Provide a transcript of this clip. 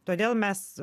todėl mes